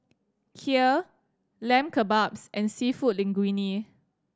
Kheer Lamb Kebabs and Seafood Linguine